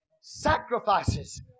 Sacrifices